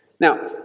Now